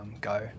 go